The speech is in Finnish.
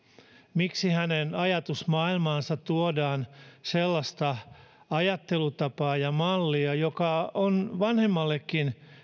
miksi hänen ajatusmaailmaansa tuodaan sellaista ajattelutapaa ja mallia joka on vanhemmallekin